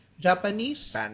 Japanese